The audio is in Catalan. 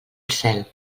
cel